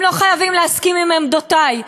הם לא חייבים להסכים עם עמדותי.